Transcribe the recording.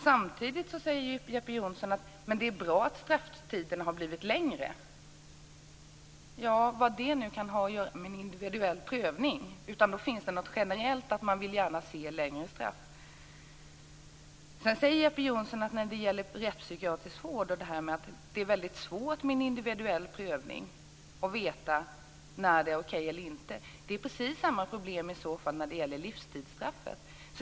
Samtidigt säger han att det är bra att strafftiderna har blivit längre - vad det nu kan ha att göra med en individuell prövning. Då finns det att man generellt gärna vill se längre straff. Jeppe Johnsson säger att det, i fråga om rättspsykiatrisk vård, med en individuell prövning är väldigt svårt att veta när det är okej eller inte. Det är precis samma problem i så fall när det gäller livstidsstraffet.